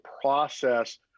process